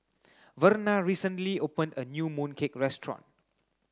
Verna recently opened a new moon cake restaurant